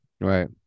Right